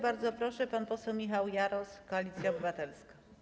Bardzo proszę, pan poseł Michał Jaros, Koalicja Obywatelska.